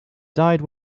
died